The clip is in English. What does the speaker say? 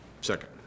second